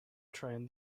train